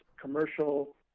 commercial